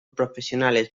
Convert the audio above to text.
profesionales